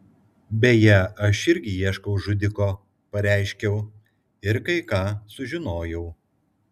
beje aš irgi ieškau žudiko pareiškiau ir kai ką sužinojau